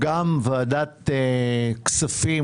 כך גם הוועדה המשותפת